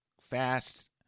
fast